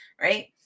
Right